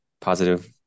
positive